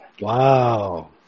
Wow